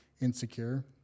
insecure